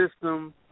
system